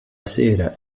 sera